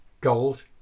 Gold